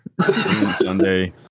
Sunday